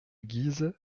guise